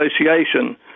Association